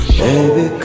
baby